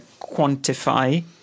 quantify